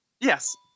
Yes